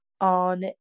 on